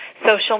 social